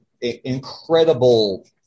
incredible